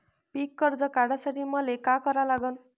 पिक कर्ज काढासाठी मले का करा लागन?